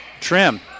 trim